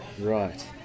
right